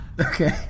Okay